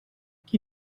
qui